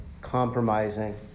compromising